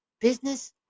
business